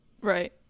Right